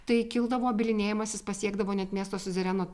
tai kildavo bylinėjimasis pasiekdavo net miesto siuzereno